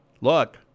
Look